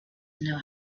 know